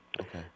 okay